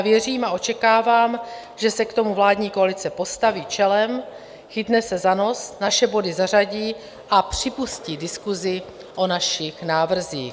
Věřím a očekávám, že se k tomu vládní koalice postaví čelem, chytne se za nos, naše body zařadí a připustí diskusi o našich návrzích.